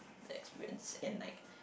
the experience and like